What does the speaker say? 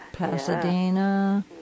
Pasadena